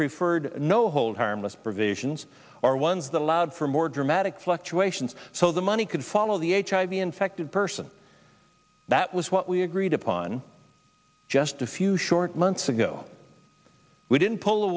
preferred no hold harmless provisions or ones that allowed for more dramatic fluctuations so the money could follow the hiv infected person that was what we agreed upon just a few short months ago we didn't pull the